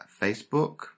Facebook